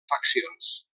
faccions